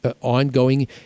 ongoing